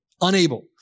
Unable